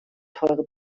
teure